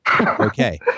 Okay